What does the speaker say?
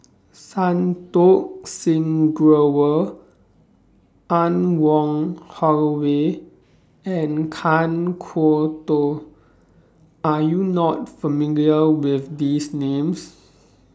Santokh Singh Grewal Anne Wong Holloway and Kan Kwok Toh Are YOU not familiar with These Names